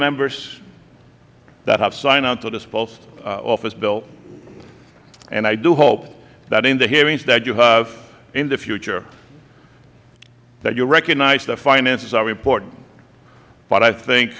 members that have signed on to this post office bill and i do hope that in the hearings that you have in the future that you recognize that finances are important but i think